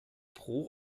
pro